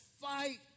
fight